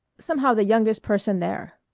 somehow the youngest person there.